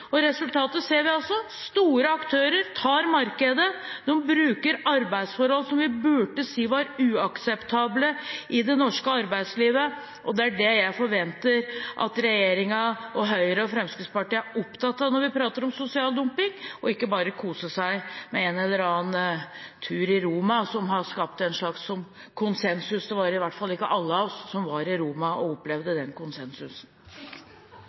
Resultatet ser vi: Store aktører tar markedet. De bruker arbeidsforhold som vi burde si var uakseptable i det norske arbeidslivet, og det er det jeg forventer at regjeringa, Høyre og Fremskrittspartiet, er opptatt av når vi prater om sosial dumping, og ikke bare å kose seg med en eller annen tur til Roma, som har skapt en slags konsensus. Det var i hvert fall ikke alle av oss som var i Roma og opplevde den konsensusen.